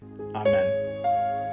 amen